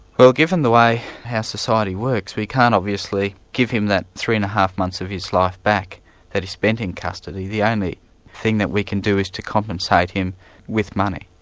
well given the way our society works, we can't obviously give him that three and a half months of his life back that he spent in custody. the only thing that we can do is to compensate him with money.